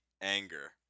anger